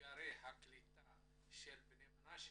אתגרי הקליטה של בני מנשה.